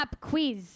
quiz